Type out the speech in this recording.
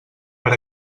per